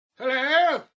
Hello